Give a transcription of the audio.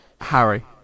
Harry